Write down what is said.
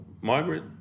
Margaret